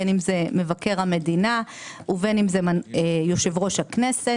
בין אם זה מבקר המדינה ובין אם זה יו"ר הכנסת.